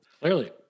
Clearly